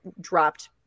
dropped